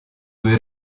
dove